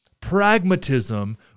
pragmatism